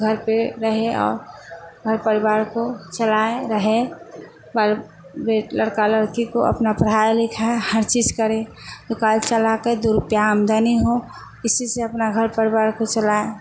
घर पर रहे और घर परिवार को चलाए रहे बल वे लड़का लड़की को अपना पढ़ाए लिखाए हर चीज करे दुकाल चलाकर दो रुपया आमदनी हो इसी से अपना घर परिवार को चलाएँ